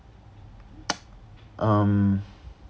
um